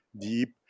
deep